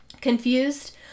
Confused